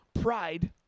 pride